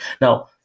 Now